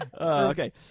Okay